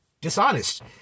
dishonest